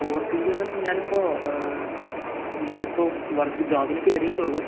overthink ചെയ്യുക എന്ന് വെച്ചാൽ ഞാൻ ഇപ്പോൾ ഞാൻ ഇപ്പോൾ വർക്ക് ജോബിന് കയറിയിട്ടേ ഉള്ളൂ